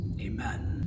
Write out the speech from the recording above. Amen